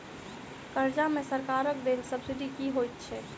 कर्जा मे सरकारक देल सब्सिडी की होइत छैक?